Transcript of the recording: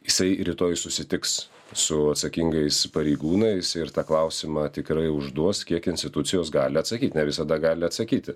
jisai rytoj susitiks su atsakingais pareigūnais ir tą klausimą tikrai užduos kiek institucijos gali atsakyt ne visada gali atsakyti